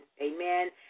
Amen